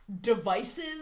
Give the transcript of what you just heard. devices